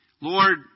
Lord